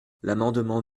l’amendement